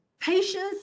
patience